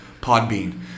podbean